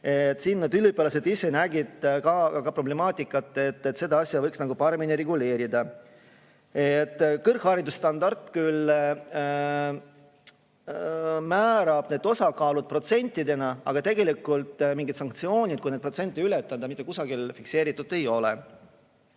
ka üliõpilased ise problemaatikat, nii et seda võiks paremini reguleerida. Kõrgharidusstandard küll määrab need osakaalud protsentidena, aga tegelikult mingeid sanktsioone juhtudeks, kui neid protsente ületatakse, mitte kusagil fikseeritud ei ole.